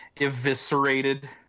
eviscerated